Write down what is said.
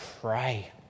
pray